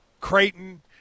Creighton